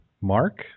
Mark